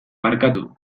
barkatu